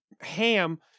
ham